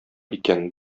икән